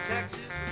Texas